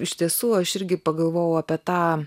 iš tiesų aš irgi pagalvojau apie tą